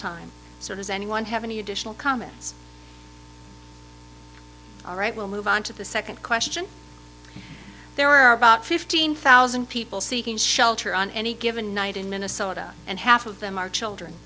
time so does anyone have any additional comments all right we'll move on to the second question there are about fifteen thousand people seeking shelter on any given night in minnesota and half of them are children